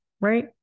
right